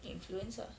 influence ah